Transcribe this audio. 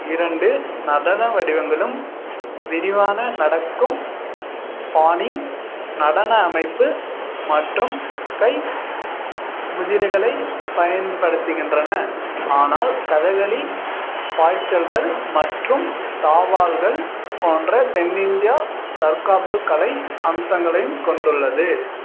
இரண்டு நடன வடிவங்களும் விரிவான நடக்கும் பாணி நடன அமைப்பு மற்றும் கை முத்திரைகளைப் பயன்படுத்துகின்றன ஆனால் கதகளி பாய்ச்சல்கள் மற்றும் தாவல்கள் போன்ற தென்னிந்தியா தற்காப்புக் கலை அம்சங்களையும் கொண்டுள்ளது